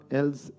else